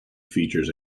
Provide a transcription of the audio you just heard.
features